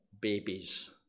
babies